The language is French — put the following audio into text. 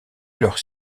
leur